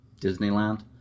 Disneyland